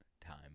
time